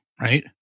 right